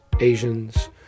Asians